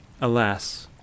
alas